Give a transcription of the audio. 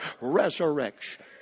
resurrection